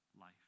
life